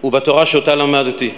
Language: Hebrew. הוא בתורה שאותה למדתי,